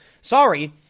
sorry